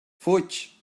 fuig